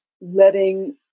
letting